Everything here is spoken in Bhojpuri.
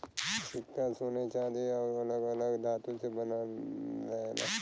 सिक्का सोने चांदी आउर अलग अलग धातु से बनल रहेला